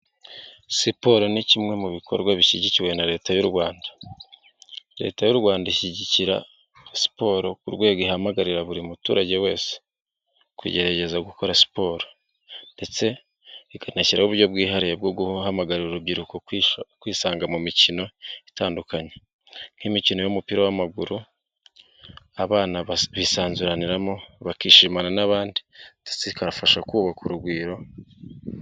Siporo ni kimwe mu bikorwa bishyigikiwe na Leta y'u Rwanda. Leta y'u Rwanda ishyigikira siporo ku rwego ihamagarira buri muturage wese, kugerageza gukora siporo. Ndetse ikanashyiraho uburyo bwihariye bwo guhamagarira urubyiruko kwisanga mu mikino itandukanye. Nk'imikino y'umupira w'amaguru, abana bisanzuraniramo, bakishimana n'abandi, ndetse ikabafasha kubaka urugwiro.